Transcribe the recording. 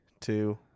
two